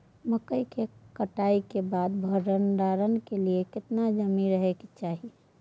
मकई के कटाई के बाद भंडारन के लिए केतना नमी रहै के चाही?